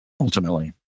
ultimately